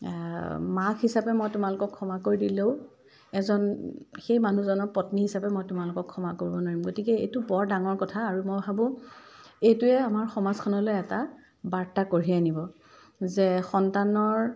মাক হিচাপে মই তোমালোকক ক্ষমা কৰি দিলেও এজন সেই মানুহজনৰ পত্নী হিচাপে মই তোমালোকক ক্ষমা কৰিব নোৱাৰিম গতিকে এইটো বৰ ডাঙৰ কথা আৰু মই ভাবোঁ এইটোৱে আমাৰ সমাজখনলৈ এটা বাৰ্তা কঢ়িয়াই নিব যে সন্তানৰ